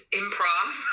improv